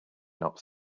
not